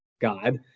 God